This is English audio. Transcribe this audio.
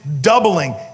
doubling